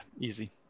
easy